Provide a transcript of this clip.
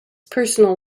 personal